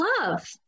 love